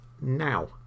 now